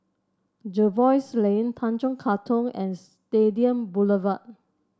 Jervois Lane Tanjong Katong and Stadium Boulevard